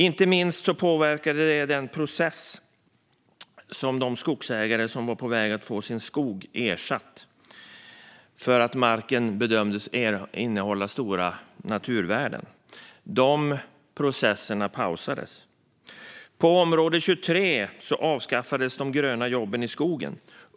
Inte minst påverkade den processerna för de skogsägare som var på väg att få ersättning för sin skog för att marken bedömdes innehålla stora naturvärden. De processerna pausades. På utgiftsområde 23 avskaffades de gröna jobben i skogen.